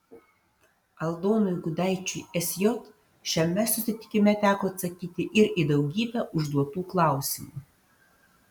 aldonui gudaičiui sj šiame susitikime teko atsakyti ir į daugybę užduotų klausimų